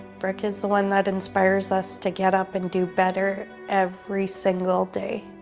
brooke is the one that inspires us to get up and do better every single day,